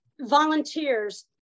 volunteers